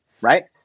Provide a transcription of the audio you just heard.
Right